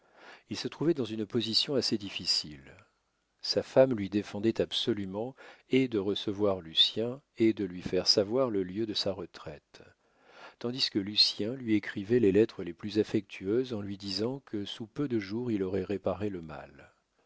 il se trouvait dans une position assez difficile sa femme lui défendait absolument et de recevoir lucien et de lui faire savoir le lieu de sa retraite tandis que lucien lui écrivait les lettres les plus affectueuses en lui disant que sous peu de jours il aurait réparé le mal